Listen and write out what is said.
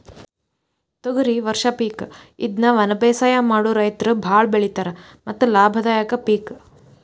ತೊಗರಿ ವರ್ಷ ಪಿಕ್ ಇದ್ನಾ ವನಬೇಸಾಯ ಮಾಡು ರೈತರು ಬಾಳ ಬೆಳಿತಾರ ಮತ್ತ ಲಾಭದಾಯಕ ಪಿಕ್